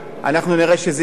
אנחנו נראה שזה יצליח,